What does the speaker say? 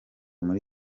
muri